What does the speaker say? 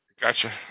Gotcha